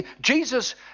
Jesus